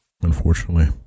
unfortunately